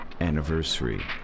anniversary